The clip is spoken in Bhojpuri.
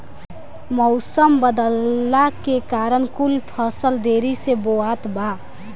मउसम बदलला के कारण कुल फसल देरी से बोवात बा